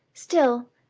still,